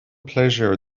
pléisiúir